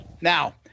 now